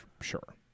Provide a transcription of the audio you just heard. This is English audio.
sure